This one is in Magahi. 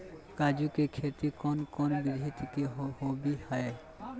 काजू के खेती कौन कौन विधि से होबो हय?